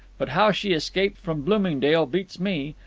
but how she escaped from bloomingdale beats me.